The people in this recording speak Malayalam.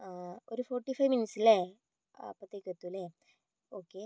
ആ ഒരു ഫോർട്ടി ഫൈവ് മിനിറ്റ്സ് അല്ലേ അപ്പോഴത്തേക്കും എത്തുമല്ലേ ഓക്കെ